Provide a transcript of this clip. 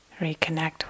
reconnect